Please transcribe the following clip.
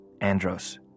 Andros